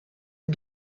est